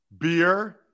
beer